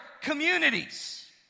communities